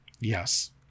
Yes